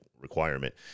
requirement